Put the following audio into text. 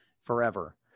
forever